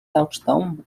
touchdown